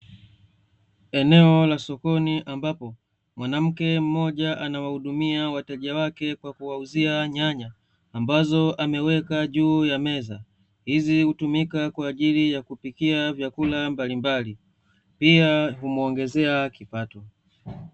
Eneo la sokoni, ambapo mwanamke mmoja anawahudumia wateja wake kwa kuwauzia nyanya, ambazo ameweka juu ya meza, hizi hutumika kwa ajili ya kupikia vyakula mbalimbali, pia humuongezea kipato.